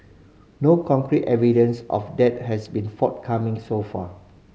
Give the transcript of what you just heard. no concrete evidence of that has been forthcoming so far